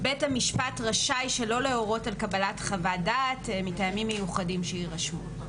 בית המשפט רשאי שלא להורות על קבלת חוות דעת מטעמים מיוחדים שיירשמו.